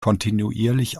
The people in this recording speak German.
kontinuierlich